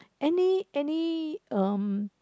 any any um